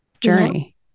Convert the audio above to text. journey